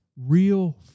real